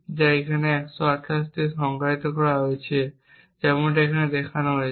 যা এখানে 128 তে সংজ্ঞায়িত করা হয়েছে যেমন এখানে দেখা হয়েছে